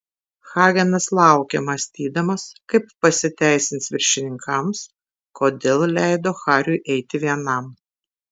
hagenas laukė mąstydamas kaip pasiteisins viršininkams kodėl leido hariui eiti vienam